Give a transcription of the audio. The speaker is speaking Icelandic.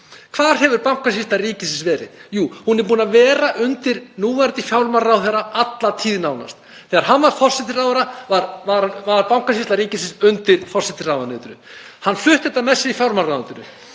Hvar hefur Bankasýsla ríkisins verið? Jú, hún er búin að vera undir núverandi fjármálaráðherra alla tíð nánast. Þegar hann var forsætisráðherra var Bankasýsla ríkisins undir forsætisráðuneytinu. Hann flutti hana með sér í fjármálaráðuneytið.